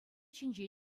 ҫинче